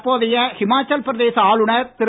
தற்போதைய ஹிமாச்சல பிரதேச ஆளுநர் திரு